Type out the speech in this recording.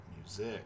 music